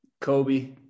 Kobe